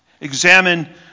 Examine